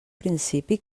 principi